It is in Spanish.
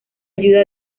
ayuda